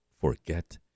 forget